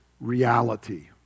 reality